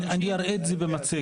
אני אראה את זה במצגת.